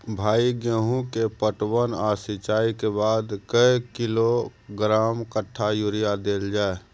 भाई गेहूं के पटवन आ सिंचाई के बाद कैए किलोग्राम कट्ठा यूरिया देल जाय?